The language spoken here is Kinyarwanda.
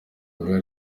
bwa